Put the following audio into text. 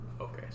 Okay